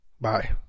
bye